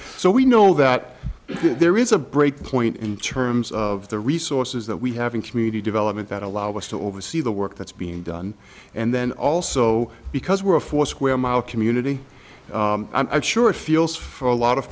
so we know that there is a break point in terms of the resources that we have in community development that allow us to oversee the work that's being done and then also because we're a four square mile community i'm sure it feels for a lot of